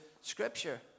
scripture